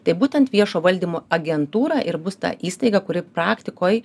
tai būtent viešo valdymo agentūra ir bus ta įstaiga kuri praktikoj